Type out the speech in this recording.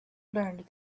learned